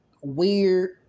weird